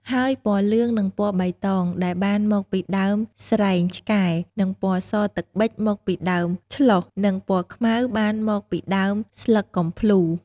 ហើយ ពណ៌លឿង និងពណ៌បៃតង ដែលបានមកពីដើមស្រែងឆ្កែ និងពណ៌សទឹកប៊ិចមកពីដើមឆ្លុះ និងពណ៌ខ្មៅបានមកពីដើមស្លឹកកំផ្លូរ។